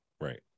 Right